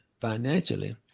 financially